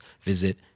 visit